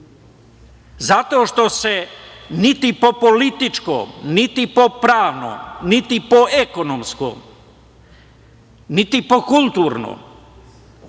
Zato što se ni po političkom, niti po pravnom, niti po ekonomskom, niti po kulturnom